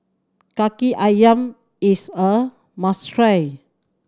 Kaki Ayam is a must try